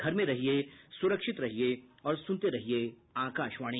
घर में रहिये सुरक्षित रहिये और सुनते रहिये आकाशवाणी